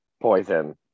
Poison